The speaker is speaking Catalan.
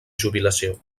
jubilació